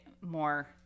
more